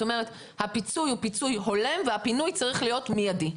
את אומרת שהפיצוי הוא פיצוי הולם והפינוי צריך להיות מיידי?